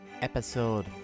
Episode